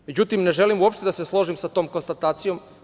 Međutim, ne želim uopšte da se složim sa tom konstatacijom.